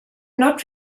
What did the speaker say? not